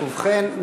ובכן,